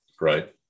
Right